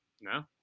No